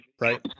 right